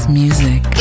music